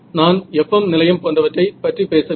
நான் FM நிலையம் போன்றவற்றை பற்றி பேசவில்லை